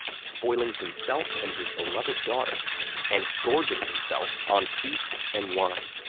spoiling himself and his beloved daughter and gorging himself on feasts and wine.